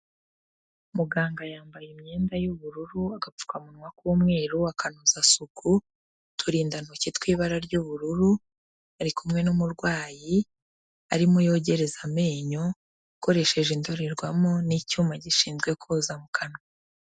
Muganga yambaye imyenda y'ubururu. Agapfukamunwa k'umweru, akanozasuku, uturindantoki tw'ibara ry'ubururu. Ari kumwe n'umurwayi arimo yogereza amenyo, akoresheje indorerwamo n'icyuma gishinzwe koza mu kanwa.